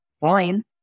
fine